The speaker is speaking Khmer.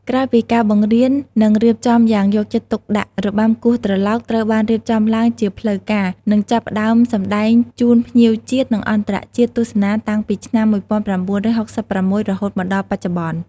ក្រោយពីការបង្រៀន និងរៀបចំយ៉ាងយកចិត្តទុកដាក់ របាំគោះត្រឡោកត្រូវបានរៀបចំឡើងជាផ្លូវការ និងចាប់ផ្ដើមសម្តែងជូនភ្ញៀវជាតិ និងអន្តរជាតិទស្សនាតាំងពីឆ្នាំ១៩៦៦ រហូតមកដល់បច្ចុប្បន្ន។